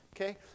Okay